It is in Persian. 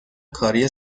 کاری